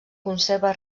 conserva